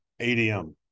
adm